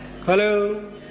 Hello